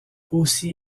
aussi